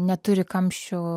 neturi kamščių